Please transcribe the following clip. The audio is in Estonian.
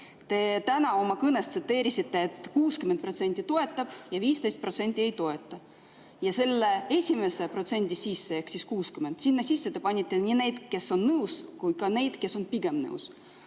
Te täna oma kõnes tsiteerisite, et 60% toetab ja 15% ei toeta. Selle esimese protsendi sisse ehk siis 60% sisse te panite nii need, kes on nõus, kui ka need, kes on pigem nõus,